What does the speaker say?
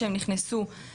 ונוגעת בנו,